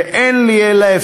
מיקי, זו